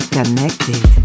Connected